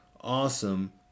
awesome